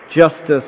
justice